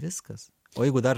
viskas o jeigu dar